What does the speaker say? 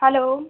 hello